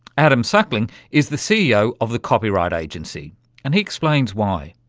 adam suckling is the ceo of the copyright agency and he explains why.